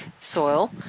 soil